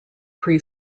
pre